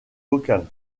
locale